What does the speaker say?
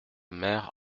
mère